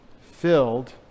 filled